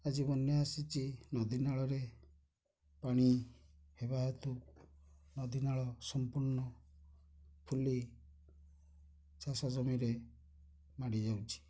ଆଜି ବନ୍ୟା ଆସିଛି ନଦୀନାଳରେ ପାଣି ହେବା ହେତୁ ନଦୀନାଳ ସମ୍ପୂର୍ଣ୍ଣ ଫୁଲି ଚାଷ ଜମିରେ ମାଡ଼ି ଯାଉଛି